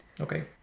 Okay